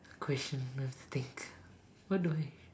question must think what do I